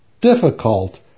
difficult